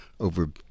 over